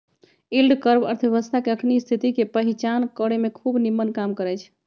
yield curve अर्थव्यवस्था के अखनी स्थिति के पहीचान करेमें खूब निम्मन काम करै छै